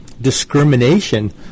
discrimination